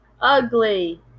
ugly